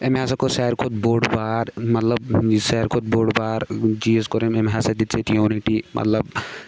أمۍ ہَسا کوٚر ساروٕے کھۄتہٕ بوٚڈ بار مطلب یہِ ساروٕے کھۄتہٕ بوٚڈ بار چیٖز کوٚر أمۍ أمۍ ہَسا دِژ ییٚتہِ یوٗنٹی مطلب